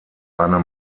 eine